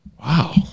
Wow